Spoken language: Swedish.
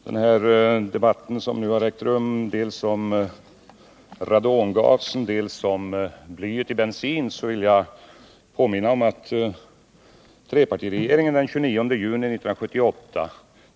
Herr talman! Vad beträffar den debatt som ägt rum om dels radongas, dels blyet i bensinen vill jag påminna om att trepartiregeringen den 29 juni 1978